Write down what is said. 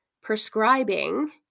prescribing